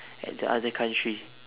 at the other country